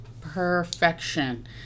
Perfection